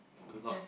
a lot